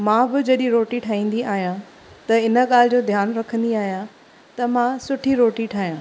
मां ब जॾहिं रोटी ठाहींदी आहियां त इन ॻाल्हि जो ध्यानु रखंदी आहियां त मां सुठी रोटी ठाहियां